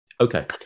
Okay